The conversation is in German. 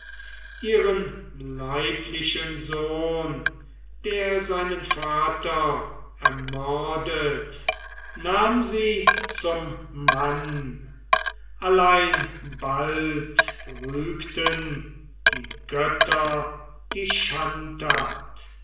ihren leiblichen sohn der seinen vater ermordet nahm sie zum mann allein bald rügten die götter die